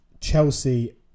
Chelsea